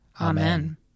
Amen